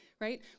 right